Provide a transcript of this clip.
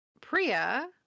Priya